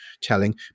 telling